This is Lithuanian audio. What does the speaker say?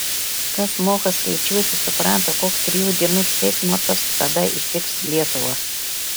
kas moka skaičiuoti supranta koks trijų dienų ceitnotas tada ištiks lietuvą